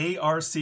ARC